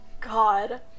God